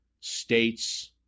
states